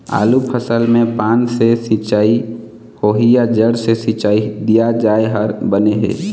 आलू फसल मे पान से सिचाई होही या जड़ से सिचाई दिया जाय हर बने हे?